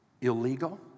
illegal